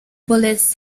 bullets